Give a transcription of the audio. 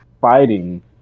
fighting